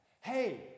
Hey